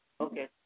Okay